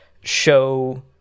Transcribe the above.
show